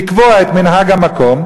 לקבוע את מנהג המקום,